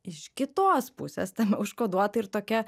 iš kitos pusės tam užkoduota ir tokia